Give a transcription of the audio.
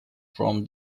from